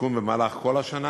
סיכון במהלך כל השנה,